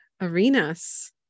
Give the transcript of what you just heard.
arenas